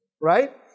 Right